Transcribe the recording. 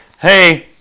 hey